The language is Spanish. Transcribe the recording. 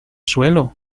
suelo